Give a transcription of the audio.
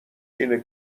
اینه